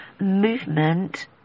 movement